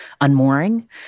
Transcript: unmooring